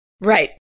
Right